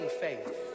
faith